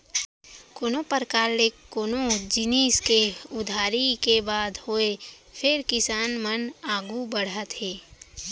कोनों परकार ले कोनो जिनिस के उधारी के बात होय फेर किसान मन आघू बढ़त हे